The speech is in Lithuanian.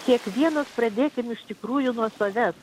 kiekvienas pradėkim iš tikrųjų nuo savęs